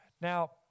Now